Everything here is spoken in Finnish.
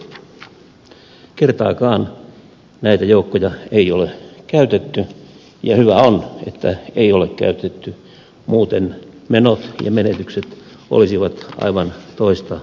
kertaakaan näitä joukkoja ei ole käytetty ja hyvä on että ei ole käytetty muuten menot ja menetykset olisivat aivan toista luokkaa